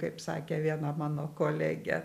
kaip sakė viena mano kolegė